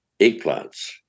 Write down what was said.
eggplants